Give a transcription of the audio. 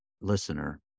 listener